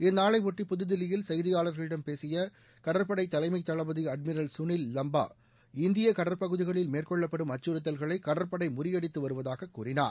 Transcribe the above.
இந்நாளைபொட்டி புதுதில்லியில் செய்தியாளர்களிடம் பேசிய கடற்படை தலைமை தளபதி அட்மிரல் சுனில் வம்பா இந்திய கடற்பகுதிகளில் மேற்கொள்ளப்படும் அச்சுறுத்தல்களை கடற்படை முறியடித்து வருவதாக கூறினார்